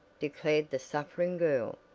declared the suffering girl.